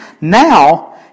Now